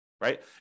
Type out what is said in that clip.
right